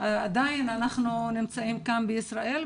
עדיין אנחנו נמצאים כאן בישראל,